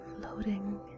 floating